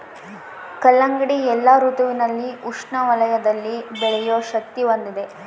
ಕಲ್ಲಂಗಡಿ ಎಲ್ಲಾ ಋತುವಿನಲ್ಲಿ ಉಷ್ಣ ವಲಯದಲ್ಲಿ ಬೆಳೆಯೋ ಶಕ್ತಿ ಹೊಂದಿದೆ